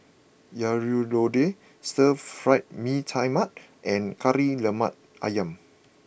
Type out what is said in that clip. Sayur Lodeh Stir Fried Mee Tai Mak and Kari Lemak Ayam